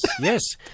yes